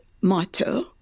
motto